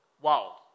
Wow